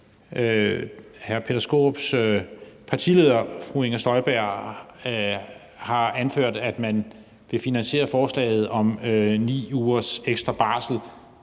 hr. Peter Skaarups partileder, fru Inger Støjberg, har anført, at man vil finansiere forslaget om 9 ugers ekstra barsel